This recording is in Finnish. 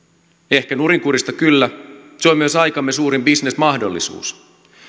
ehkä nurinkurista kyllä se on myös aikamme suurin bisnesmahdollisuus